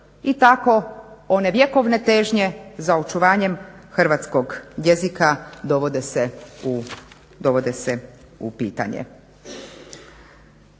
i tako one vjekovne težnje za očuvanjem hrvatskog jezika dovode se u pitanje.